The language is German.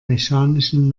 mechanischen